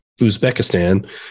Uzbekistan